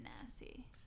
nasty